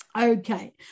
okay